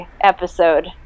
episode